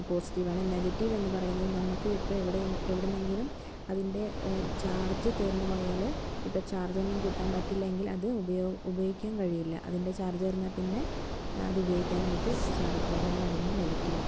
പോസിറ്റീവാണ് നെഗറ്റീവ് എന്ന് പറയുന്നത് നമുക്ക് ഇപ്പോൾ എവിടെയെങ്കിലും എവിടുന്നെങ്കിലും അതിൻ്റെ ചാർജ് തീർന്നു പോയാൽ ഇപ്പോൾ ചാർജ് ഒന്നും കുത്താൻ പറ്റില്ലെങ്കിൽ അത് ഉപയോഗിക്കാൻ ഉപയോഗിക്കാൻ കഴിയില്ല അതിൻ്റെ ചാർജ് തീർന്നാൽ പിന്നെ അത് ഉപയോഗിക്കാനായിട്ട് സാധിക്കില്ല അതാണ് അതിൻ്റെ നെഗറ്റീവ്